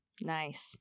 Nice